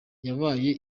yabaye